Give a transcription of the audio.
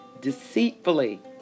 deceitfully